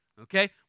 okay